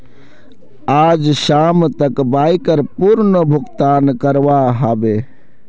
आइज शाम तक बाइकर पूर्ण भुक्तान करवा ह बे